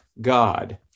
God